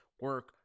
Work